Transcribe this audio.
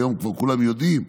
היום כבר כולם יודעים,